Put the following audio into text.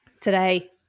Today